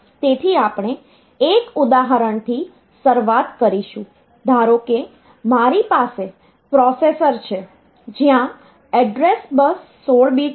તેથી આપણે એક ઉદાહરણથી શરૂઆત કરીશું ધારો કે મારી પાસે પ્રોસેસર છે જ્યાં એડ્રેસ બસ 16 બીટ છે